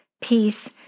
peace